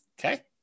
Okay